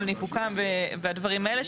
לניפוקם והדברים האלה,